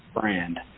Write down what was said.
brand